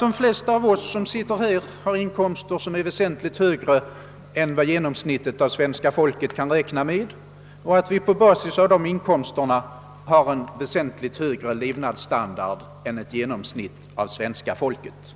De flesta av oss som sitter här har ju inkomster som är väsentligt högre än vad genomsnittet av svenska folket kan räkna med, och vi har därigenom en väsentligt högre levnadsstandard än svenska folkets